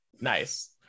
Nice